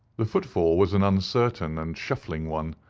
the footfall was an uncertain and shuffling one.